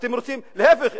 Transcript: להיפך,